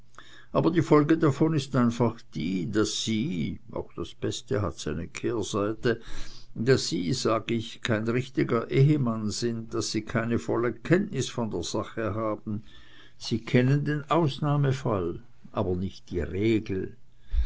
aber die folge davon ist einfach die daß sie auch das beste hat seine kehrseite daß sie sag ich kein richtiger ehemann sind daß sie keine volle kenntnis von der sache haben sie kennen den ausnahmefall aber nicht die regel